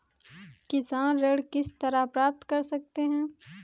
किसान ऋण किस तरह प्राप्त कर सकते हैं?